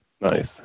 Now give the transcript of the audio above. Nice